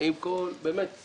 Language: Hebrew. בין אם היה זכיין חדש